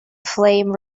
flame